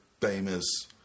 famous